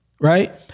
right